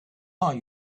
are